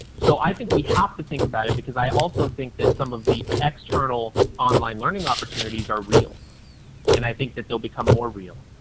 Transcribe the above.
so, i think we have to think about it because i also think that some of the external online learning opportunities are real and i think they will become more real.